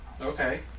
Okay